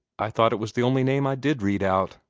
i thought it was the only name i did read out.